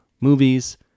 movies